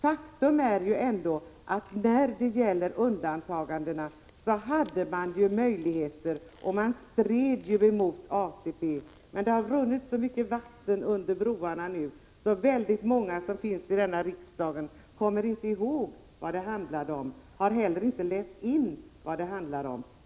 Faktum är ju att man när det gäller undantagandena ändå hade möjligheter att åstadkomma någonting och man stred ju mot ATP. Men vid det här laget har det runnit så mycket vatten under broarna att väldigt många av oss här i riksdagen inte kommer ihåg och inte heller har läst in vad det hela handlade om.